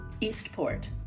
Eastport